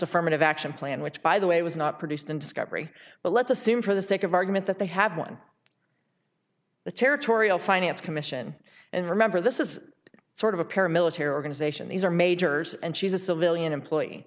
affirmative action plan which by the way was not produced in discovery but let's assume for the sake of argument that they have won the territorial finance commission and remember this is sort of a paramilitary organization these are majors and she's a civilian employee